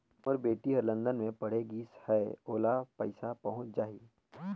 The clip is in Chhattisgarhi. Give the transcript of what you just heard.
मोर बेटी हर लंदन मे पढ़े गिस हय, ओला पइसा पहुंच जाहि?